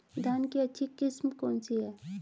धान की अच्छी किस्म कौन सी है?